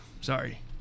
Sorry